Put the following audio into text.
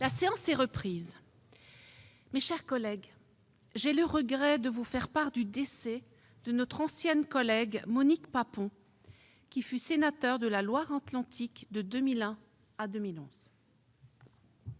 La séance est reprise. Mes chers collègues, j'ai le regret de vous faire part du décès de notre ancienne collègue Monique Papon, qui fut sénateur de la Loire-Atlantique de 2001 à 2011.